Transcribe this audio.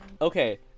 Okay